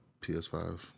PS5